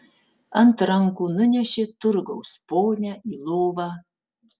ant rankų nunešė turgaus ponią į lovą